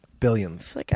Billions